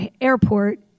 airport